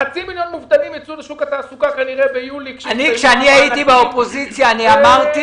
חצי מיליון מובטלים יצאו לשוק התעסוקה- -- כשהייתי באופוזיציה אמרתי